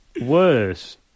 worse